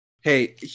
hey